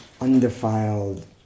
undefiled